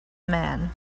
man